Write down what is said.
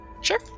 Sure